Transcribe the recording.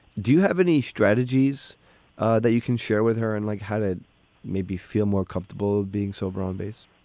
do you have any strategies that you can share with her? and like, how did maybe feel more comfortable being sober on this?